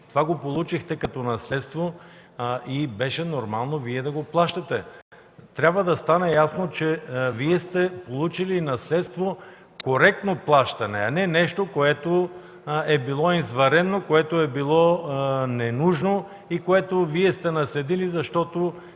Това го получихте като наследство и беше нормално Вие да го плащате. Трябва да стане ясно, че Вие сте получили в наследство коректно плащане, а не нещо, което е било извънредно, което е било ненужно и което Вие сте наследили, защото